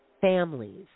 families